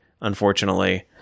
unfortunately